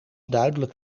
duidelijk